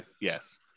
yes